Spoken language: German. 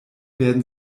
werden